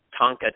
Tonka